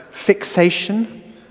fixation